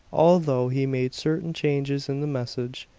although he made certain changes in the message,